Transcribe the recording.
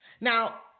Now